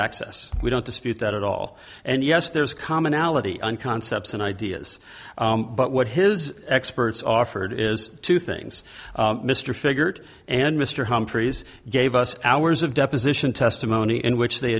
access we don't dispute that at all and yes there's commonality and concepts and ideas but what his experts offered is two things mr figured and mr humphreys gave us hours of deposition testimony in which they